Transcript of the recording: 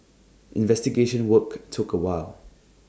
investigation work took A while